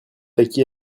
acquis